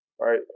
Right